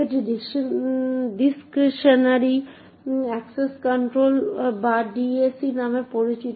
এটি discretionary access control বা DAC নামে পরিচিত